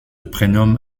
prénomme